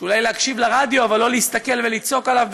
אולי להקשיב לרדיו אבל לא להסתכל ולצעוק עליו.